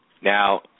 Now